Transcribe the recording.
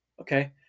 Okay